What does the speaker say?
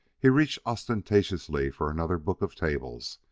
he reached ostentatiously for another book of tables,